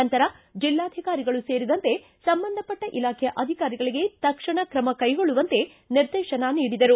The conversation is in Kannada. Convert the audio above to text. ನಂತರ ಜಿಲ್ಲಾಧಿಕಾರಿಗಳು ಸೇರಿದಂತೆ ಸಂಬಂಧಪಟ್ಟ ಇಲಾಖೆಯ ಅಧಿಕಾರಿಗಳಿಗೆ ತಕ್ಷಣ ಕ್ರಮ ಕೈಗೊಳ್ಳುವಂತೆ ನಿರ್ದೇಶನ ನೀಡಿದರು